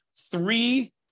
three